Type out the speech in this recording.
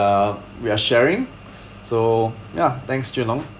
uh we are sharing so ya thanks jun long